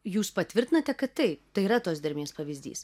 jūs patvirtinate kad taip tai yra tos dermės pavyzdys